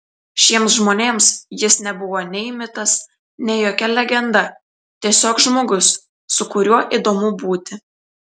šiems žmonėms jis nebuvo nei mitas nei jokia legenda tiesiog žmogus su kuriuo įdomu būti